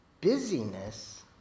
busyness